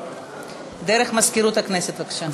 דרך מזכירות הכנסת בבקשה.